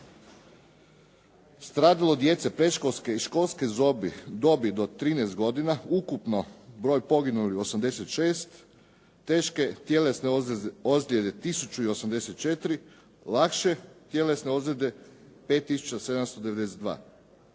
stradalo djece predškolske i školske dobi do 13 godina, ukupno broj poginulih 86, teške tjelesne ozljede 1084, lakše tjelesne ozljede 5792.